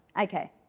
Okay